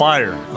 fire